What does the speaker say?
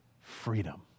freedom